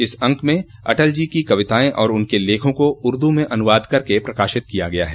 इस अंक में अटल जी की कवितायें और उनके लेखों को उर्दू में अनुवाद करके प्रकाशित किया गया है